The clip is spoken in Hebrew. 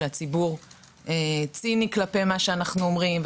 הציבור ציני כלפי מה שאנחנו אומרים,